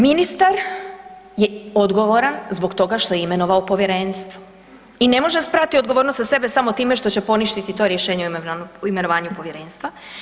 Ministar je odgovoran zbog toga što je imenovao povjerenstvo i ne može sprati odgovornost sa sebe samo time što će poništiti to Rješenje o imenovanju povjerenstva.